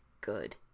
good